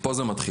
פה זה מתחיל.